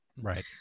Right